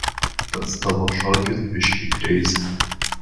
tas tavo šokis biški kreizi